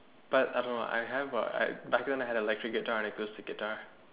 but I don't know I have got an electric guitar and an acoustic guitar